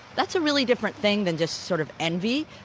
that's a really different thing then just sort of, envy.